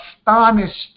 astonished